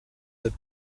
that